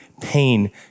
pain